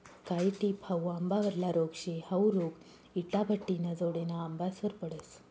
कायी टिप हाउ आंबावरला रोग शे, हाउ रोग इटाभट्टिना जोडेना आंबासवर पडस